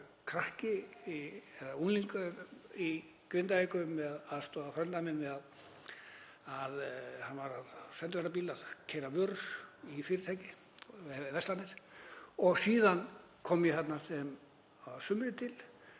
og síðan kom ég þarna að sumri til,